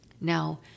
Now